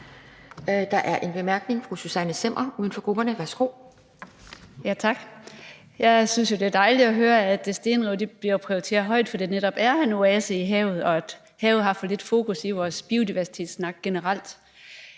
Der er en kort bemærkning fra fru Susanne Zimmer uden for grupperne. Værsgo. Kl. 15:59 Susanne Zimmer (UFG): Tak. Jeg synes jo, at det er dejligt at høre, at stenrev bliver prioriteret højt, fordi det netop er en oase i havet, og fordi vi har for lidt fokus på havet i vores biodiversitetsnak generelt.